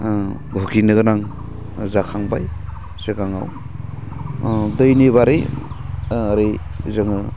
भुगिनो गोनां जाखांबाय सिगाङाव दैनि बारै ओरै जोङो